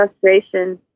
frustration